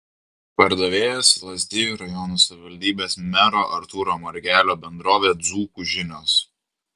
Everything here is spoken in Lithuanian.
pardavėjas lazdijų rajono savivaldybės mero artūro margelio bendrovė dzūkų žinios